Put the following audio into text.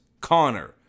Connor